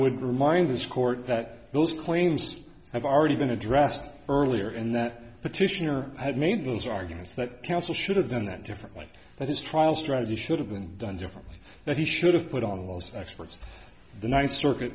would remind this court that those claims have already been addressed earlier and that petitioner had made those arguments that counsel should have done that differently that his trial strategy should have been done differently that he should have put on those experts the ninth circuit